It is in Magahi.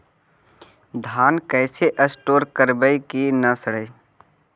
धान कैसे स्टोर करवई कि न सड़ै?